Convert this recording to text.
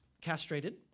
castrated